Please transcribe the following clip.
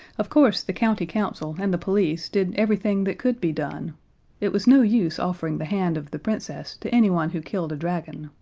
of course, the county council and the police did everything that could be done it was no use offering the hand of the princess to anyone who killed a dragon.